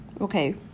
Okay